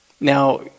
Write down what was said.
Now